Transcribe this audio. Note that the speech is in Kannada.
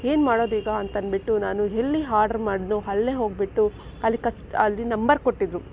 ಏನು ಮಾಡೋದೀಗ ಅಂತ ಅಂದ್ಬಿಟ್ಟು ನಾನು ಎಲ್ಲಿ ಹರ್ಡರ್ ಮಾಡಿದೆನೋ ಅಲ್ಲೇ ಹೋಗಿಬಿಟ್ಟು ಅಲ್ಲಿ ಅಲ್ಲಿ ನಂಬರ್ ಕೊಟ್ಟಿದ್ದರು